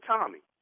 Tommy